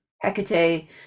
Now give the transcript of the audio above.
Hecate